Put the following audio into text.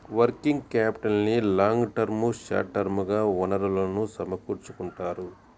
working క్యాపిటల్కి long term, short term గా వనరులను సమకూర్చుకుంటారు